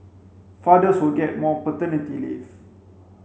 fathers will get more paternity leave